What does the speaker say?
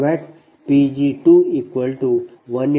58 MW ಮತ್ತು P loss 4